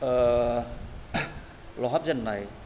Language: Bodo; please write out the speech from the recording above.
लावहाब जेननाय